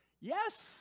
Yes